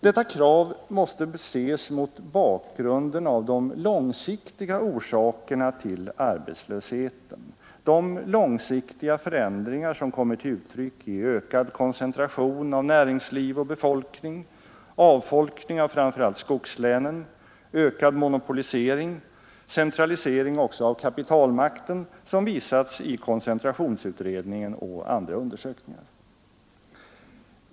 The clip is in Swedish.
Detta krav måste ses mot bakgrunden av de långsiktiga orsakerna till arbetslösheten, de långsiktiga förändringar som kommer till uttryck i ökad koncentration av näringsliv och befolkning, avfolkning av framför allt skogslänen, ökad monopolisering, centralisering också av kapitalmakten, såsom visats i koncentrationsutredningen och andra undersökningar.